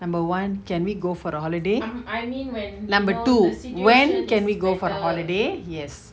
number one can we go for the holiday number two when can we go for the holiday yes